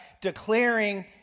declaring